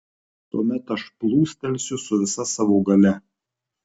tuomet aš plūsteliu su visa savo galia